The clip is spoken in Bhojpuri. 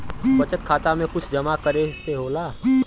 बचत खाता मे कुछ जमा करे से होला?